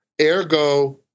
ergo